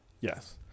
yes